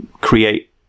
create